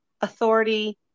authority